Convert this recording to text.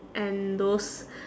and those